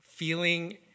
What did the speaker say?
feeling